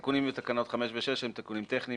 התיקונים לתקנות 5 ו-6 הן תיקונים טכניים